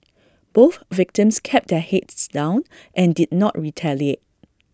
both victims kept their heads down and did not retaliate